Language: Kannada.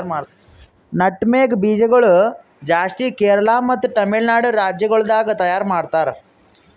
ನಟ್ಮೆಗ್ ಬೀಜ ಗೊಳ್ ಜಾಸ್ತಿ ಕೇರಳ ಮತ್ತ ತಮಿಳುನಾಡು ರಾಜ್ಯ ಗೊಳ್ದಾಗ್ ತೈಯಾರ್ ಮಾಡ್ತಾರ್